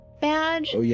badge